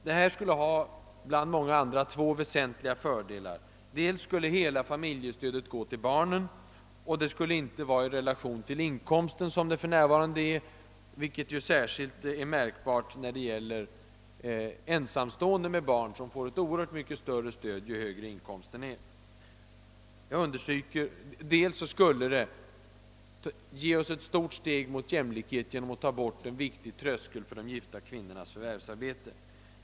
Detta skulle bland annat ge två väsentliga fördelar. För det första skulle hela familjestödet gå till barnen, och det skulle inte stå i relation till inkomsten, vilket det gör för närvarande, något som är särskilt märkbart för ensamstående med barn. De får ju ett oerhört mycket större stöd ju högre inkomsten är. För det andra skulle det vara ett stort steg mot jämlikhet genom att det tog bort en viktig tröskel som försvårar de gifta kvinnornas förvärvsarbete.